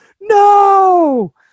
no